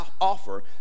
offer